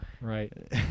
Right